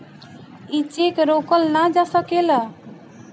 ई चेक रोकल ना जा सकेला